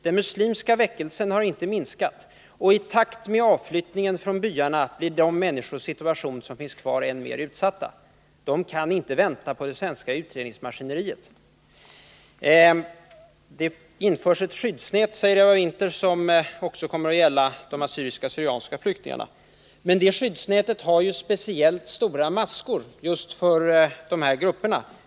Den muslimska väckelsen har inte minskat. Och i takt med avflyttningen från byarna är situationen för de människor som finns kvar än mer utsatt. De kan inte vänta på det svenska utredningsmaskineriet. Det införs ett skyddsnät— säger Eva Winther —som också kommer att gälla de assyriska och de syrianska flyktingarna. Men det skyddsnätet har ju speciellt stora maskor just för de här grupperna.